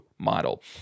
model